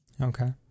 Okay